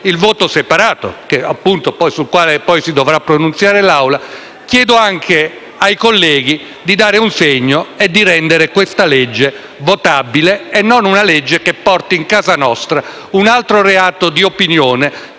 parti separate sul quale si dovrà pronunziare l'Assemblea, chiedo anche ai colleghi di dare un segno e di rendere questa legge votabile e non una legge che porti in casa nostra un altro reato di opinione,